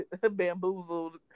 bamboozled